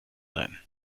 sein